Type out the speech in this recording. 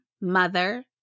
mother